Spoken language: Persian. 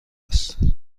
است